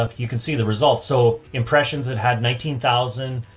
ah you can see the results. so impressions that had nineteen thousand,